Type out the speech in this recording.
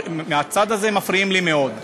מהצד הזה מפריעים לי מאוד.